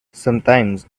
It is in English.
sometimes